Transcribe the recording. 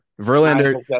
Verlander